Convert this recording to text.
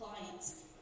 clients